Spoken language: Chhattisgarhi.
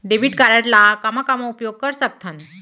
डेबिट कारड ला कामा कामा उपयोग कर सकथन?